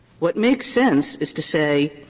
what makes sense is to say,